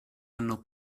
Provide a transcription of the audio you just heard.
hanno